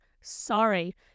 sorry